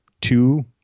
two